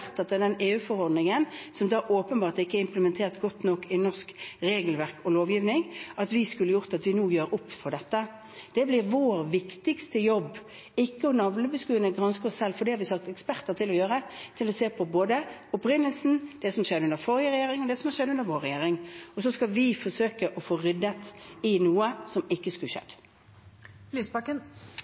åpenbart ikke implementert godt nok i norsk regelverk og lovgivning, og vi skal nå gjøre opp for dette. Det blir vår viktigste jobb, ikke navlebeskuende å granske oss selv, for vi har satt eksperter til å granske, til å se på opprinnelsen, det som skjedde under den forrige regjeringen, og det som har skjedd under vår regjering. Så skal vi forsøke å få ryddet i noe som ikke skulle